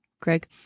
Greg